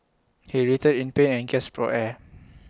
he writhed in pain and gasped for air